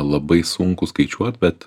labai sunku skaičiuot bet